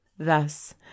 thus